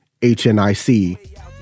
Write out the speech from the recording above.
HNIC